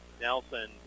Nelson